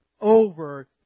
over